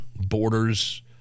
borders